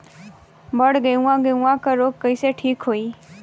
बड गेहूँवा गेहूँवा क रोग कईसे ठीक होई?